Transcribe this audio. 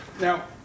Now